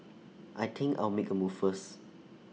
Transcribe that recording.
I think I'll make A move first